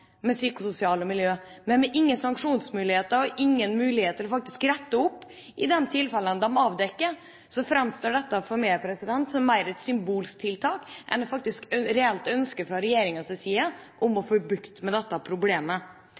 psykososialt miljø. Men uten sanksjonsmuligheter og mulighet til å rette opp i de tilfellene de avdekker, framstår dette for meg mer som et symbolsk tiltak enn faktisk et reelt ønske fra regjeringas side om å få bukt med dette problemet.